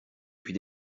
puis